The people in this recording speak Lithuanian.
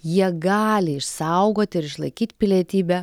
jie gali išsaugoti ir išlaikyt pilietybę